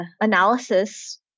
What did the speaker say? analysis